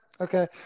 okay